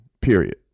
period